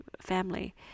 family